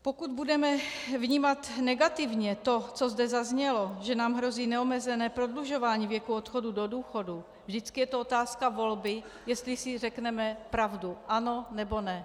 Pokud budeme vnímat negativně to, co zde zaznělo, že nám hrozí neomezené prodlužování věku odchodu do důchodu, vždycky je to otázka volby, jestli si řekneme pravdu ano, nebo ne.